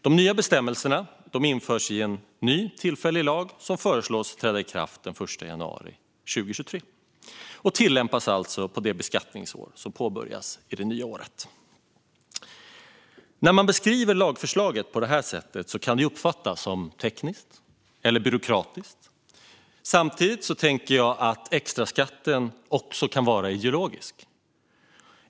De nya bestämmelserna, som införs i en ny tillfällig lag, föreslås träda i kraft den 1 januari 2023 och tillämpas på det beskattningsår som påbörjas i det nya året. När man beskriver lagförslaget på detta sätt kan det uppfattas som tekniskt eller byråkratiskt. Samtidigt tänker jag att extraskatten också kan vara ideologisk.